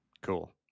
Cool